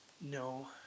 No